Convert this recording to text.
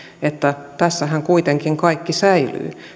että tässähän kuitenkin kaikki säilyy